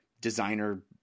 designer